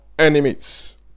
enemies